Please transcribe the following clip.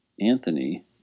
Anthony